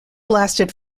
lasted